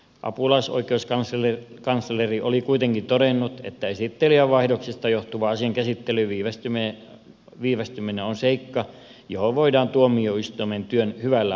apulaisoikeuskansleri oli kuitenkin todennut että esittelijänvaihdoksista johtuva asian käsittelyn viivästyminen on seikka johon voidaan tuomioistuimen työn hyvällä organisoinnilla vaikuttaa